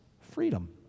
Freedom